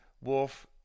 Wolf